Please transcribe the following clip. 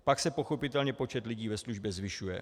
Pak se pochopitelně počet lidí ve službě zvyšuje.